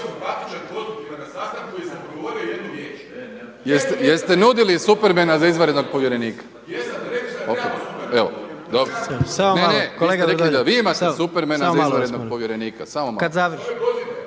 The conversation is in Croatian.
Jeste nudili Supermana za izvanrednog povjerenika?